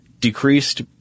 decreased